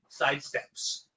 sidesteps